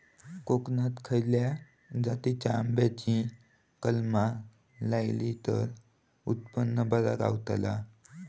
कोकणात खसल्या जातीच्या आंब्याची कलमा लायली तर उत्पन बरा गावताला?